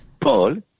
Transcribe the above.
Paul